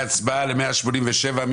נצביע על הסתייגות 187 .